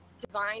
divine